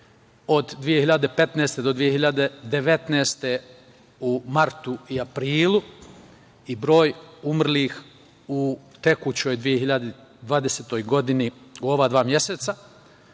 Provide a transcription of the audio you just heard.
od 2015. do 2019. godine u martu i aprilu i broj umrlih u tekućoj 2020. godini, u ova dva meseca,